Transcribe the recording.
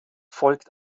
folgt